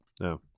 No